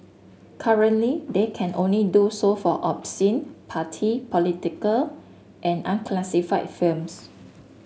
currently they can only do so for obscene party political and unclassified films